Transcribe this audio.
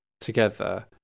together